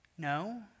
No